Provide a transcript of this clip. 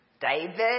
David